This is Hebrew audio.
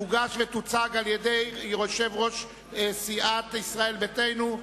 תוגש ותוצג על-ידי יושב-ראש סיעת ישראל ביתנו,